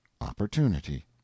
opportunity